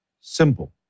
Simple